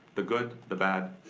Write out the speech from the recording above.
the good, the bad,